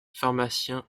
pharmacien